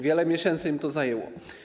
Wile miesięcy im to zajęło.